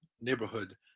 neighborhood